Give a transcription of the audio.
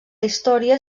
història